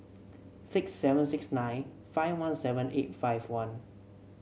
six seven six nine five one seven eight five one